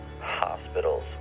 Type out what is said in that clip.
hospitals